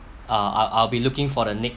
I I'll I'll be looking for the next